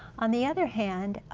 on the other hand,